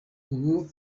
ubu